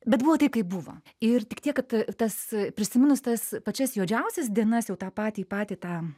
bet buvo taip kaip buvo ir tik tiek kad tas prisiminus tas pačias juodžiausias dienas jau tą patį patį tą